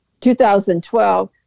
2012